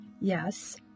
yes